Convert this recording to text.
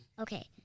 Okay